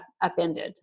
upended